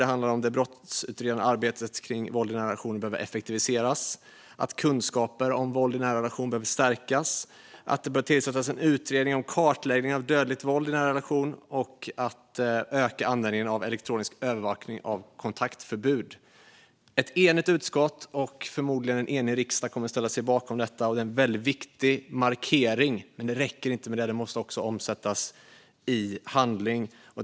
Det handlar om att det brottsutredande arbetet kring våld i nära relationer behöver effektiviseras, om att kunskaperna om våld i nära relationer behöver stärkas, om att det bör tillsättas en utredning om kartläggning av dödligt våld i nära relationer och om att öka användningen av elektronisk övervakning av kontaktförbud. Ett enigt utskott, och förmodligen en enig riksdag, kommer att ställa sig bakom detta. Det är en väldigt viktig markering. Det räcker dock inte med detta, utan det måste också omsättas i handling.